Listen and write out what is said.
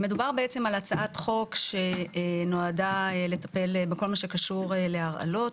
מדובר בעצם על הצעת חוק שנועדה לטפל בכל מה שקשור להרעלות.